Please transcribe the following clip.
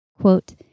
Quote